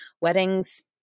weddings